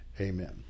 amen